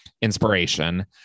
inspiration